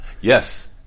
yes